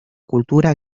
cultura